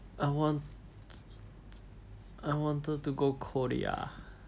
I want I wanted to go Korea